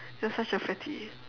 you're such a fatty